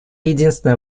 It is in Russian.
единственная